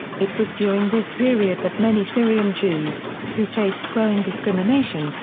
it was during this period that many syrian jews, who faced growing discrimination,